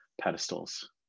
pedestals